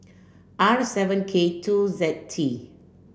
R seven K two Z T